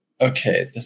Okay